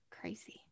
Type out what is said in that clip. crazy